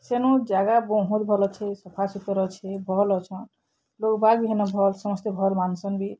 ସେନୁ ଜାଗା ବହୁତ୍ ଭଲ୍ ଅଛେ ସଫା ସୁତର୍ ଅଛେ ଭଲ୍ ଅଛନ୍ ଲୋକ୍ ବାକ୍ ବି ହେନ ଭଲ ସମସ୍ତେ ଭଲ୍ ମାନ୍ସନ୍ ବି